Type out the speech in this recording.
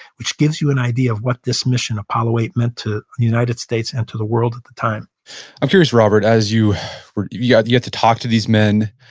which gives you an idea of what this mission, apollo eight, meant to united states and to the world at the time i'm curious, robert, as you were, yeah you had to talk to these men,